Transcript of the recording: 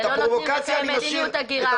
ולא נותנים לכם מדיניות הגירה.